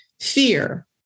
fear